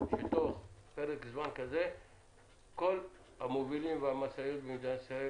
שתוך פרק זמן כזה כל המובילים והמשאיות במדינת ישראל